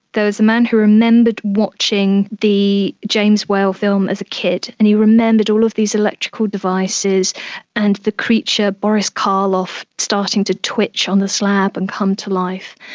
there was a man who remembered watching the james whale film as a kid and he remembered all of these electrical devices and the creature boris karloff starting to twitch on the slab and come to life,